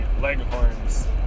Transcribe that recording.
leghorns